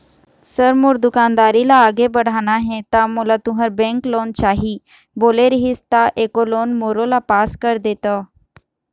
Sir मोर दुकानदारी ला आगे बढ़ाना हे ता मोला तुंहर बैंक लोन चाही बोले रीहिस ता एको लोन मोरोला पास कर देतव?